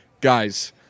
guys